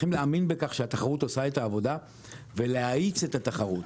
צריכים להאמין בכך שהתחרות עושה את העבודה ולהאיץ את התחרות.